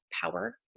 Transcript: power